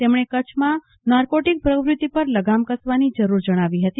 તેમણે કચ્છમાં નાર્કોટીક પ્રવૃતિ પર લગામ કસવાની જરૂર જણાવી હતી